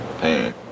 pain